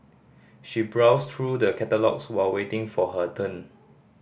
she browsed through the catalogues while waiting for her turn